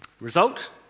result